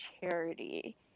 charity